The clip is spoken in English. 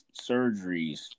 surgeries